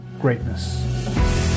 greatness